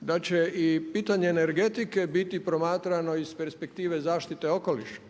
da će i pitanje energetike biti promatrano iz perspektive zaštite okoliša